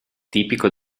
tipico